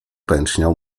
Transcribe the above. pęczniał